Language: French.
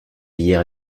hier